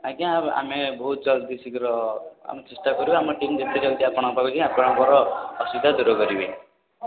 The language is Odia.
ଆଜ୍ଞା ଆମେ ବହୁତ ଜଲଦି ଶୀଘ୍ର ଆମେ ଚେଷ୍ଟା କରିବୁ ଆମ ଟିମ୍ ଯେତେ ଜଲଦି ଆପଣଙ୍କ ପାଖକୁ ଯିବ ଆପଣଙ୍କର ଅସୁବିଧା ଦୂର କରିବେ